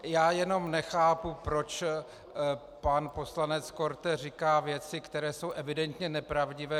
Já jenom nechápu, proč pan poslanec Korte říká věci, které jsou evidentně nepravdivé.